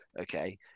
Okay